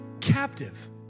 captive